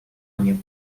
año